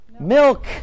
Milk